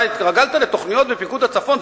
אתה התרגלת לתוכניות בפיקוד הצפון.